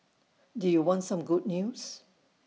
do you want some good news